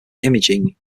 imaging